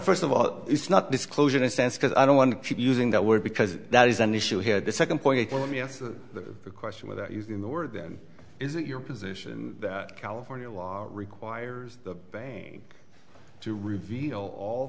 first of all it's not disclosed in a sense because i don't want to keep using that word because that is an issue here the second point let me answer the question without using the word then is it your position that california law requires the bank to reveal all